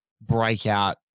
Breakout